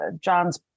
John's